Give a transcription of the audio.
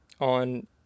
on